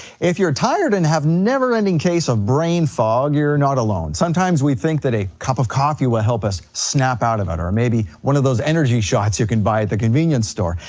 if you're tired and have never ending case of brain fog, you're not alone, sometimes we think that a cup of coffee would help us snap out of it or or maybe one of those energy shots you can buy at the convenience store.